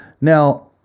now